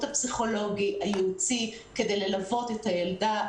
הפסיכולוגי הייעוצי כדי ללוות את הילדה,